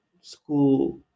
school